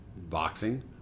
boxing